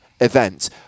event